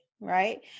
right